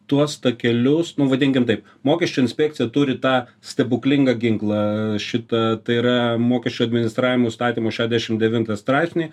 tuos takelius nu vadinkim taip mokesčių inspekcija turi tą stebuklingą ginklą šitą tai yra mokesčių administravimo įstatymo šešdiašimt devintą straipsnį